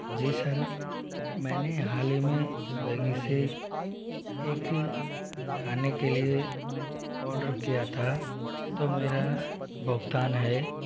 जी sir मैंने हाल ही में स्वेगी से एक खाने के लिए ओडर किया था तो मेरा भुगतान है